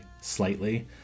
slightly